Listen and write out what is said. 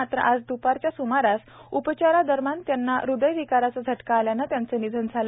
मात्र आज द्पारच्या स्मारास उपचारादरम्यान त्यांना हृदयविकाराचा झटका आल्याने झाले निधन झाले